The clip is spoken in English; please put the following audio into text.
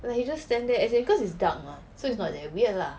like he just stand there as in cause it's dark mah so it's not that weird lah